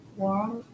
warm